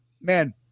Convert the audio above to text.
man